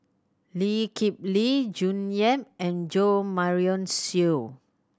Lee Kip Lee June Yap and Jo Marion Seow